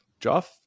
Joff